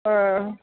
അഹ്